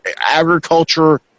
agriculture